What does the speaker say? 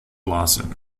lawson